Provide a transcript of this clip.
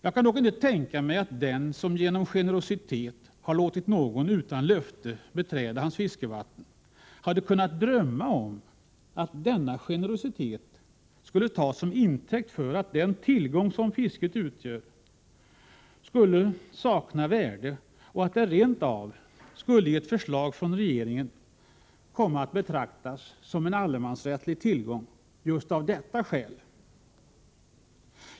Jag kan dock inte tänka mig att den som genom generositet har låtit någon utan löfte beträda sina fiskevatten hade kunnat drömma om att denna generositet skulle tas som intäkt för att den tillgång som fisket utgör skulle sakna värde och att den rent av skulle i ett förslag från regeringen komma att betraktas som en allemansrättslig tillgång just av detta skäl.